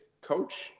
Coach